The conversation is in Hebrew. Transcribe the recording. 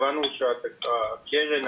הבנו שהקרן,